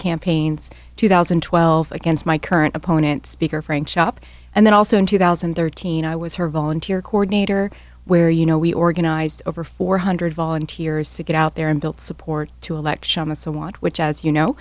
campaigns two thousand and twelve against my current opponent speaker frank shop and then also in two thousand and thirteen i was her volunteer coordinator where you know we organized over four hundred volunteers to get out there and built support to election with so watch which as you know